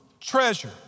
treasure